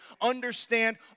understand